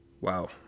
Wow